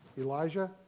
Elijah